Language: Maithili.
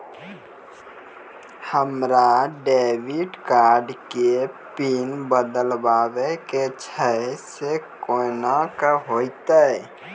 हमरा डेबिट कार्ड के पिन बदलबावै के छैं से कौन होतै?